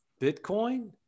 Bitcoin